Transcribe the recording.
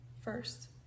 first